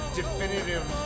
definitive